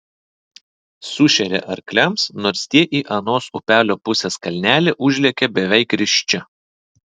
sušeria arkliams nors tie į anos upelio pusės kalnelį užlekia beveik risčia